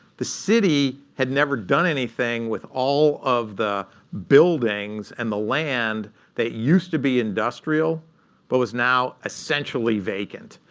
the city had never done anything with all of the buildings and the land that used to be industrial but was now essentially vacant.